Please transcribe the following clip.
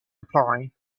reply